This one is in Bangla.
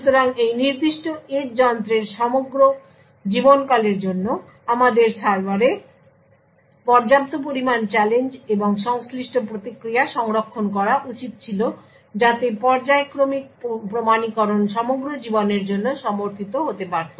সুতরাং এই নির্দিষ্ট এজ যন্ত্রের সমগ্র জীবনকালের জন্য আমাদের সার্ভারে পর্যাপ্ত পরিমাণ চ্যালেঞ্জ এবং সংশ্লিষ্ট প্রতিক্রিয়া সংরক্ষণ করা উচিত ছিল যাতে পর্যায়ক্রমিক প্রমাণীকরণ সমগ্র জীবনের জন্য সমর্থিত হতে পারত